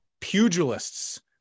pugilists